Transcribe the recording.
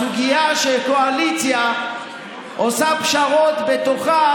הסוגיה שקואליציה עושה פשרות בתוכה,